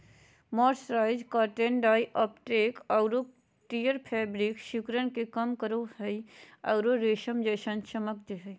mercerised cotton dye uptake आरो tear fabric सिकुड़न के कम करो हई आरो रेशम जैसन चमक दे हई